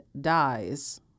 dies